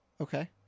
Okay